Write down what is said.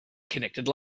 connected